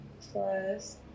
plus